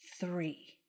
three